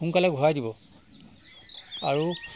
সোনকালে ঘূৰাই দিব আৰু